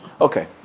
Okay